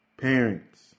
parents